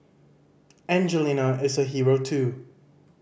Angelina is a hero too